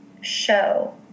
show